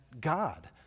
God